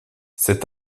cet